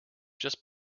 just